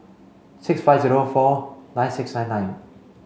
six five zero four nine six nine nine